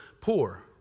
poor